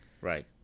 right